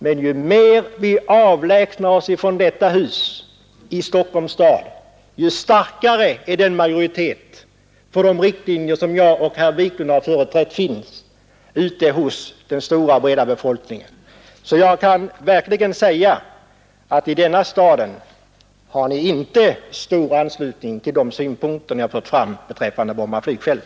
Men ju mer vi avlägsnar oss från detta hus i Stockholms stad desto starkare är majoriteten för de riktlinjer som herr Wiklund i Stockholm och jag företräder ute bland den stora breda befolkningen. Så jag kan verkligen säga att i denna stad har ni inte stor anslutning till de synpunkter ni fört fram beträffande Bromma flygfält.